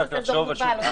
לאזור מוגבל.